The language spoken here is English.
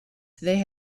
they